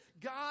God